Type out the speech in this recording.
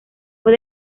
fue